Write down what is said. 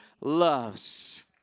loves